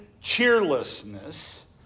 cheerlessness